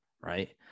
Right